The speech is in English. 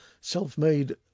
self-made